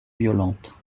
violente